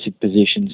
positions